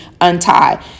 untie